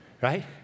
right